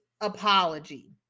apology